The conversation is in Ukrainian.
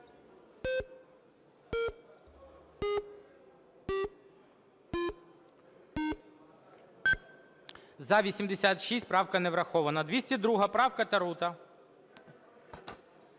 За-86 Правка не врахована. 202 правка, Тарута.